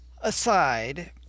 aside